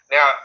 Now